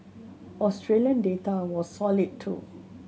Australian data was solid too